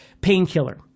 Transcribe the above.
painkiller